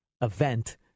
event